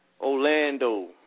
Orlando